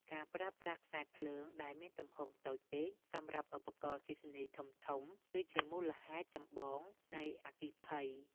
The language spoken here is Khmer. ការប្រើប្រាស់ខ្សែភ្លើងដែលមានទំហំតូចពេកសម្រាប់ឧបករណ៍អគ្គិសនីធំៗ គឺជាមូលហេតុចម្បងនៃអគ្គិភ័យ។